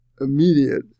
immediate